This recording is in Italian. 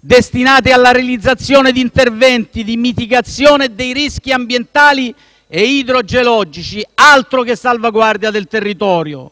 destinati alla realizzazione di interventi di mitigazione dei rischi ambientali e idrogeologici. Altro che salvaguardia del territorio!